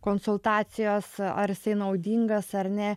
konsultacijos ar jisai naudingas ar ne